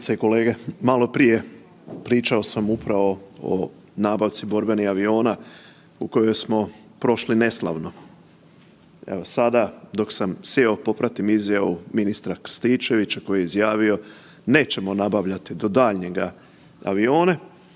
Kolegice i kolege, maloprije pričao sam upravo o nabavci borbenih aviona u kojoj smo prošli neslavno. Evo sada, dok sam sjeo, popratim izjavu ministra Krstičevića koji je izjavio "Nećemo nabavljati do daljnjega avione,